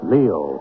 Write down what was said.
Leo